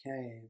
Okay